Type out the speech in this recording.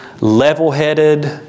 level-headed